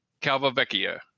Calvavecchia